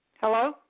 Hello